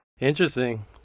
Interesting